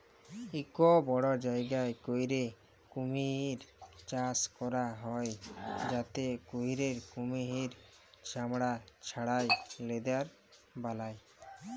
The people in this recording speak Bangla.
ইক বড় জায়গা ক্যইরে কুমহির চাষ ক্যরা হ্যয় যাতে ক্যইরে কুমহিরের চামড়া ছাড়াঁয় লেদার বালায়